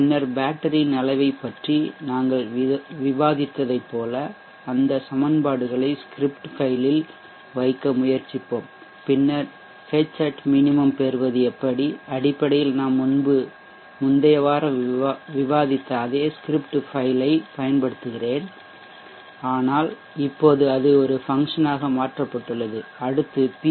பின்னர் பேட்டரியின் அளவைப் பற்றி நாங்கள் விவாதித்ததைப் போலவே அந்த சமன்பாடுகளை ஸ்கிரிப்ட் ஃபைல் ல் வைக்க முயற்சிப்போம் பின்னர் Hat minimum பெறுவது எப்படி அடிப்படையில் நாம் முன்பு முந்தைய வாரம் விவாதித்த அதே ஸ்கிரிப்ட் ஃபைல் ஐப் பயன்படுத்துகிறேன் ஆனால் இப்போது அது ஒரு ஃபங்சனாக மாற்றப்பட்டுள்ளதுஅடுத்து பி